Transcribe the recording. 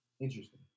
interesting